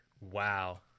Wow